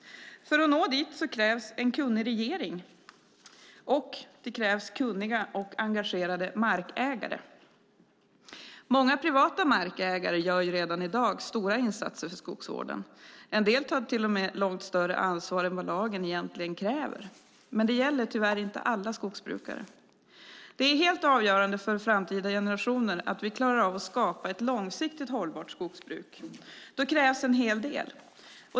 För att nå dit krävs en kunnig regering, och det krävs kunniga och engagerade markägare. Många privata markägare gör redan i dag stora insatser för skogsvården. En del tar till och med långt större ansvar än vad lagen egentligen kräver. Men det gäller tyvärr inte alla skogsbrukare. Det är helt avgörande för framtida generationer att vi klarar av att skapa ett långsiktigt hållbart skogsbruk. Då krävs en hel del.